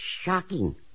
shocking